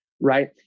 right